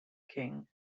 king